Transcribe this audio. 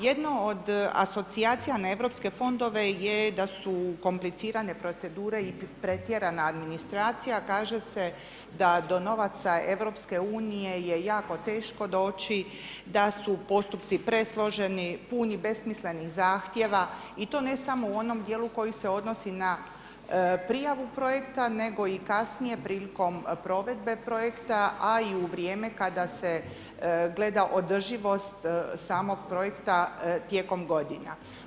Jedno od asocijacija na europske fondove je da su komplicirane procedure i pretjerana administracija, kaže se da do novaca EU je jako teško doći, da su postupci presloženi, puni besmislenih zahtjeva i to ne samo u onom dijelu koji se odnosi na prijavu projekta nego i kasnije prilikom provedbe projekta a i u vrijeme kada se gleda održivost samog projekta tijekom godina.